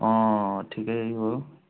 ठिकै हो